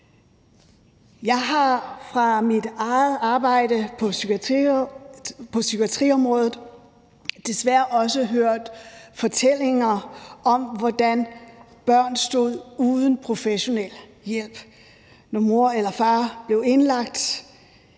Jeg har fra mit eget arbejde på psykiatriområdet desværre også hørt fortællinger om, hvordan børn stod uden professionel hjælp, når mor eller far blev indlagt.